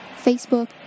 Facebook